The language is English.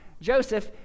joseph